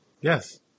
Yes